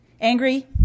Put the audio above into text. Angry